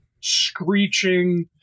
screeching